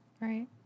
Right